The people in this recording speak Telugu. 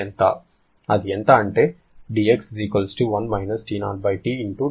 అది ఎంత అంటే అది ఈ వేడి యొక్క పని సామర్థ్యం